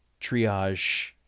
triage